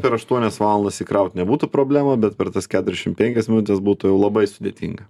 per aštuonias valandas įkraut nebūtų problemų bet per tas keturiasdešim penkias minutes būtų jau labai sudėtinga